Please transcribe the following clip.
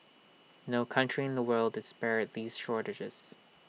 no country in the world is spared these shortages